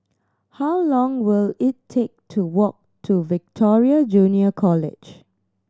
how long will it take to walk to Victoria Junior College